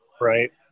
Right